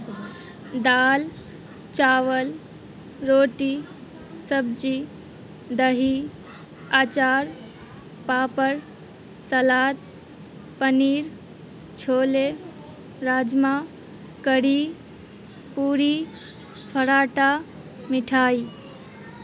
دال چاول روٹی سبجی دہی آچار پاپڑ سلاد پنیر چھولے راجما کڑی پوری پراٹھا مٹھائی